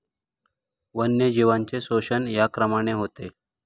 वन्यजीवांचे शोषण या क्रमाने होते